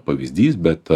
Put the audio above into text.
pavyzdys bet